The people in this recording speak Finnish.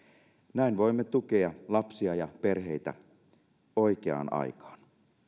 näin voimme tukea lapsia ja perheitä oikeaan aikaan